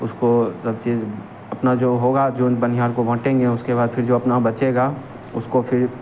उसको सब चीज़ अपना जो होगा जो बनिहार को बाँटेंगे उसके बाद फिर जो अपना बचेगा उसको फिर